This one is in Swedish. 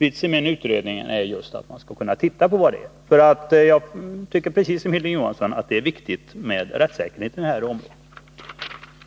Vitsen med en utredning är just att man skall kunna undersöka hur det förhåller sig. Precis som Hilding Johansson tycker också jag att det är viktigt med rättssäkerheten på detta område.